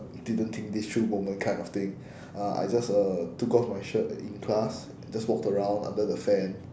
didn't think this through moment kind of thing uh I just uh took off my shirt in class just walked around under the fan